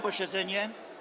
posiedzenie.